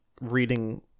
reading